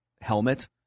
helmet